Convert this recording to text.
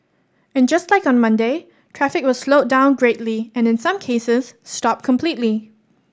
and just like on Monday traffic was slowed down greatly and in some cases stopped completely